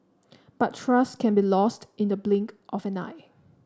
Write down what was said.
but trust can be lost in the blink of an eye